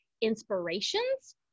inspirations